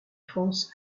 france